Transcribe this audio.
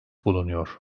bulunuyor